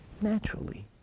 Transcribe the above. Naturally